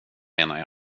menar